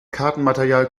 kartenmaterial